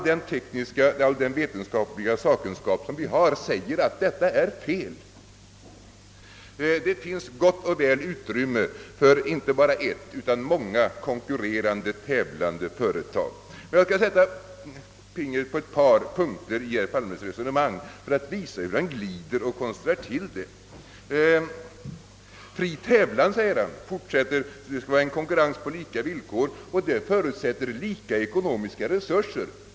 Den tekniska och vetenskapliga sakkunskap vi har säger att detta påstående är felaktigt. Det finns gott och väl utrymme inte bara för ett utan för många konkurrerande företag. Jag skall sätta fingret på ytterligare ett par punkter i herr Palmes resonemang för att visa hur han glider undan och konstrar till saken. Fri tävlan, säger herr Palme, skall vara en konkurrens på lika villkor och förutsätter samma ekonomiska resurser.